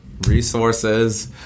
resources